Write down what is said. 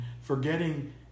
forgetting